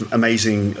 amazing